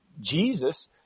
Jesus